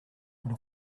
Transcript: when